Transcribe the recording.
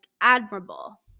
admirable